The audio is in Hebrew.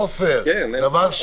עופר, עופר.